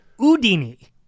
Udini